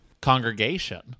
congregation